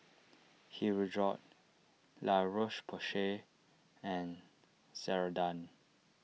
Hirudoid La Roche Porsay and Ceradan